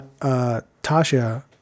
tasha